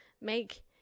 make